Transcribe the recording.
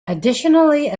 additionally